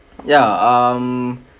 ya um